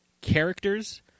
characters